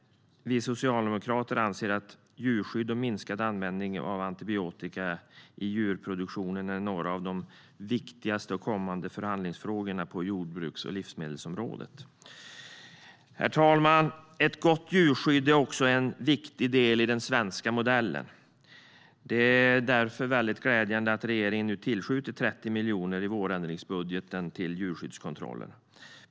Vi socialdemokrater anser att djurskydd och minskad användning av antibiotika i djurproduktionen är några av de viktigaste av de kommande förhandlingsfrågorna på jordbruks och livsmedelsområdet. Herr talman! Ett gott djurskydd är också en viktig del i den svenska modellen. Det är därför glädjande att regeringen nu tillskjuter 30 miljoner i vårändringsbudgeten till djurskyddskontroller.